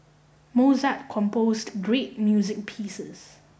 Mozart composed great music pieces